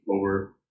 over